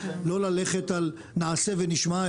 לא ללכת על נעשה ונשמע,